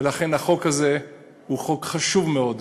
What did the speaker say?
ולכן החוק הזה הוא חוק חשוב מאוד,